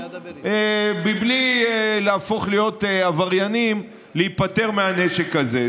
בלי להפוך להיות עבריינים, להיפטר מהנשק הזה.